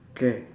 K